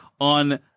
on